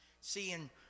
Seeing